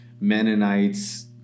Mennonites